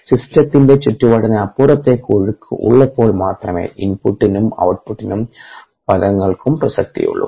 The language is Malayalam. സിസ്റ്റത്തിന്റെ ചുറ്റുവട്ടത്തിനപ്പുറത്തേക്ക് ഒഴുക്ക് ഉള്ളപ്പോൾ മാത്രമേ ഇൻപുട്ടിനും ഔട്ട്പുട്ടിനും പദങ്ങൾക്കും പ്രസക്തിയുള്ളൂ